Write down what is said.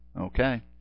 okay